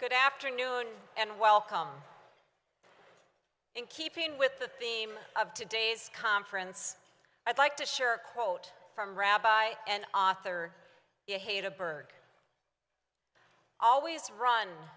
good afternoon and welcome in keeping with the theme of today's conference i'd like to share a quote from rabbi and author i hate a bird always run